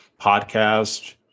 podcast